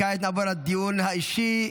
כעת נעבור לדיון האישי.